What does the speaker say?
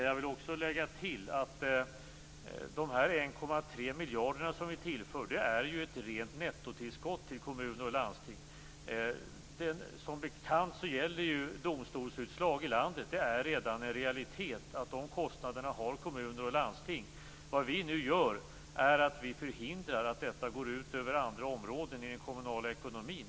Jag vill också tillägga att de 1,3 miljarder som vi tillför är ett rent nettotillskott till kommuner och landsting. Som bekant gäller domstolsutslag i landet, och det är redan en realitet att kommuner och landsting har dessa kostnader. Vad vi nu gör är att förhindra att detta går ut över andra områden i den kommunala ekonomin.